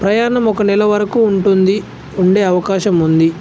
ప్రయాణం ఒక నెల వరకు ఉంటుంది ఉండే అవకాశం ఉంది